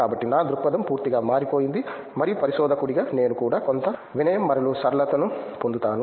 కాబట్టి నా దృక్పథం పూర్తిగా మారిపోయింది మరియు పరిశోధకుడిగా నేను కూడా కొంత వినయం మరియు సరళతను పొందుతాను